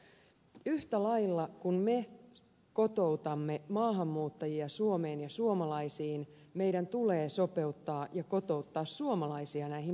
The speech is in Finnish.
yhtä lailla kun me kotoutamme maahanmuuttajia suomeen ja suomalaisiin meidän tulee sopeuttaa ja kotouttaa suomalaisia näihin maahanmuuttajiin